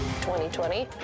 2020